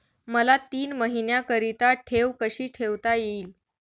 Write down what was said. मला तीन महिन्याकरिता ठेव कशी ठेवता येईल?